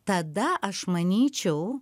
tada aš manyčiau